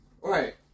right